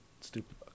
stupid